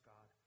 God